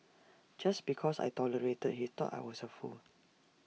just because I tolerated he thought I was A fool